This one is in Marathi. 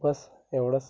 बस एवढंच